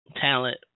talent